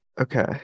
Okay